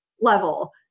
level